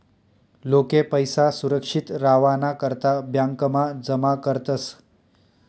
लोके पैसा सुरक्षित रावाना करता ब्यांकमा जमा करतस